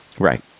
Right